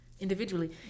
individually